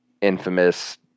Infamous